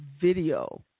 video